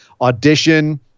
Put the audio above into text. Audition